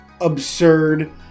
absurd